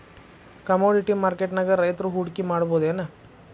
Commodity ಮಾರ್ಕೆಟ್ನ್ಯಾಗ್ ರೈತ್ರು ಹೂಡ್ಕಿ ಮಾಡ್ಬಹುದೇನ್?